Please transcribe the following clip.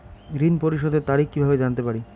ঋণ পরিশোধের তারিখ কিভাবে জানতে পারি?